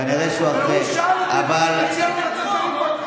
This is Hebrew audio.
והוא שאל אותי אם אני מציע לו לצאת לריב מכות.